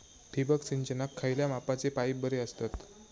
ठिबक सिंचनाक खयल्या मापाचे पाईप बरे असतत?